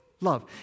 love